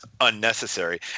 unnecessary